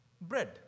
bread